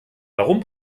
warum